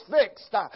fixed